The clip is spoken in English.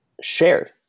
shared